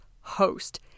host